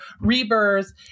rebirth